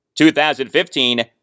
2015